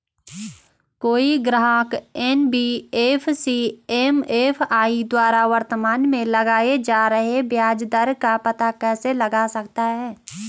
कोई ग्राहक NBFC MFI द्वारा वर्तमान में लगाए जा रहे ब्याज दर का पता कैसे लगा सकता है?